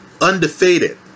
undefeated